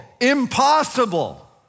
Impossible